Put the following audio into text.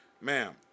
Ma'am